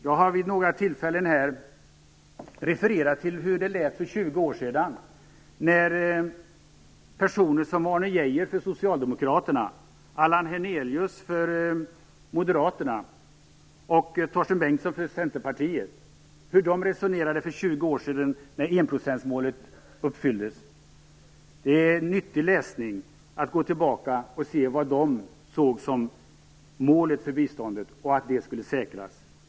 Jag har refererat till hur det lät för 20 år sedan då personer som Arne Geijer för Socialdemokraterna, Allan Hernelius för Moderaterna och Torsten Bengtsson för Centerpartiet resonerade om hur enprocentsmålet skulle uppfyllas. Det är en nyttig läsning att gå tillbaka och se vad dessa personer såg som målet för biståndet och att detta skulle säkras.